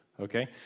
Okay